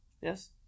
Yes